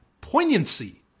poignancy